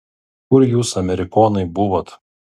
kur jūs amerikonai buvot